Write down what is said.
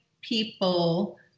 people